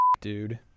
dude